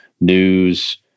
news